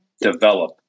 develop